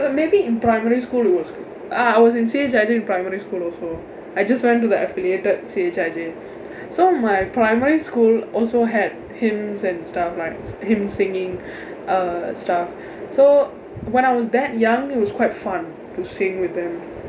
maybe in primary school it was good uh I was in C_H_I_J in primary school also I just want to the affiliated C_H_I_J so my primary school also had hymns and stuff like hymn singing uh stuff so when I was that young it was quite fun to sing with them